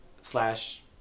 slash